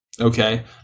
Okay